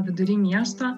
vidury miesto